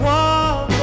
one